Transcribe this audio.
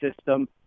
system